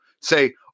Say